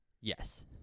Yes